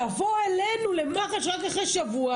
תבוא אלינו למח"ש רק אחרי שבוע